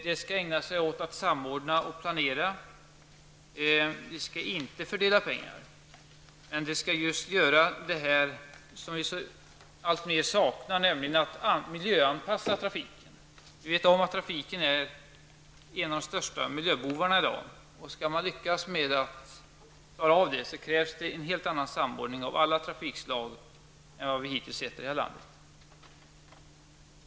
Det skall ägna sig åt samordning och planering, men det skall inte fördela pengar. Det skall göra just det som vi alltmer saknar, nämligen att miljöanpassa trafiken. Vi vet om att trafiken i dag är en av de största miljöbovarna, och skall man lyckas med att klara av det problemet krävs en helt annan samordning av alla trafikslag än vad vi hittills har sett i det här landet.